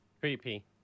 Creepy